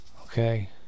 Okay